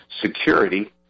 security